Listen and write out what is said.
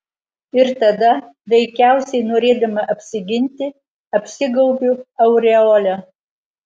ir tada veikiausiai norėdama apsiginti apsigaubiu aureole